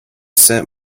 sent